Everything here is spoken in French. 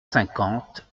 cinquante